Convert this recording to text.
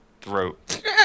throat